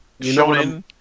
Shonen